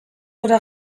gora